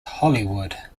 hollywood